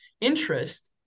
interest